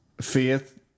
faith